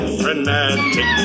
frenetic